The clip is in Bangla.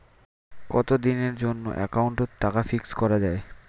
কতদিনের জন্যে একাউন্ট ওত টাকা ফিক্সড করা যায়?